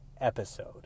episode